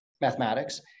mathematics